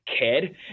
kid